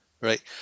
right